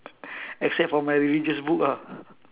except for my religious book ah